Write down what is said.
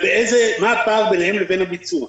ומה הפער ביניהן לבין הביצוע.